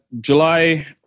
July